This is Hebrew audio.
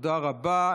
תודה רבה.